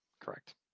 correct